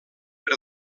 per